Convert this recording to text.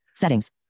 Settings